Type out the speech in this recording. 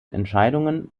entscheidungen